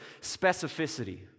specificity